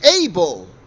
able